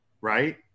right